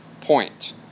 point